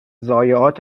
ضایعات